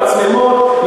למצלמות,